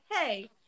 hey